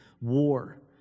war